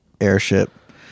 airship